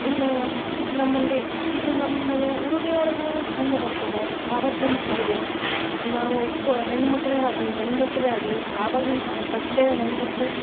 ಇನ್ನು ನಮ್ಮಲ್ಲಿ ಇದು ನಮ್ಮದು ಉಡುಗೆಯೊಳಗು ಕಂಡು ಬರ್ತದೆ ಆವತ್ತಿನ ಸೀರೆ ನಾವು ಉಟ್ಕೊ ಹೆಣ್ಣು ಮಕ್ಕಳೆ ಆಗ್ಲಿ ಗಂಡಸರೆ ಆಗಲಿ ಆವಾಗಿನ ಆ ಬಟ್ಟೆ ಹೆಂಗಿತ್ತು